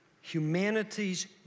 humanity's